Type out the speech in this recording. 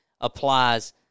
applies